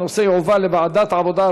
הנושא יועבר לוועדת העבודה,